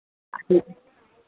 ठीक